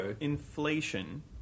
inflation